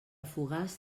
fogars